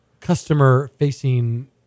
customer-facing